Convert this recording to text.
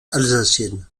alsacienne